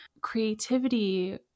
creativity